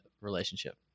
relationship